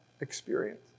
experience